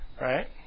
right